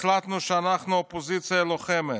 החלטנו שאנחנו אופוזיציה לוחמת,